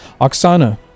Oksana